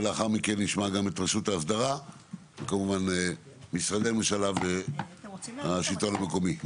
ולאחר מכן נשמע את רשות האסדרה וכמובן את משרדי הממשלה והשלטון המקומי.